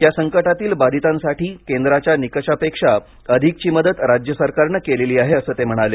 या संकटातील बाधितांसाठी केंद्राच्या निकषापेक्षा अधिकची मदत राज्य सरकारने केलेली आहे असं ते म्हणाले